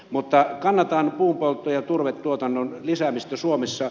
mutta kannatan puunpolttoa ja turvetuotannon lisäämistä suomessa